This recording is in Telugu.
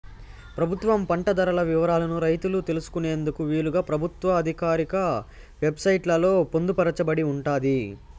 ప్రభుత్వం పంట ధరల వివరాలను రైతులు తెలుసుకునేందుకు వీలుగా ప్రభుత్వ ఆధికారిక వెబ్ సైట్ లలో పొందుపరచబడి ఉంటాది